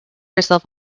herself